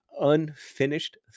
unfinished